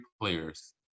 players